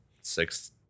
six